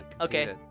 Okay